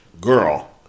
girl